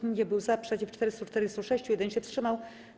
Nikt nie był za, przeciw - 446, 1 się wstrzymał.